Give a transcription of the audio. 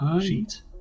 Sheet